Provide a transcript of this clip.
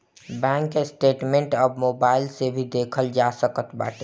bank statement अब mobile से भी देखल जा सकत बाटे